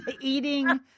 eating